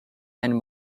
and